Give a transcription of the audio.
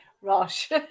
Rosh